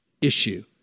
issue